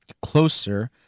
closer